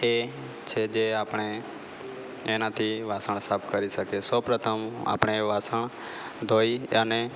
એ છે જે આપણે એનાથી વાસણ સાફ કરી શકીએ સૌપ્રથમ આપણે વાસણ ધોઈ અને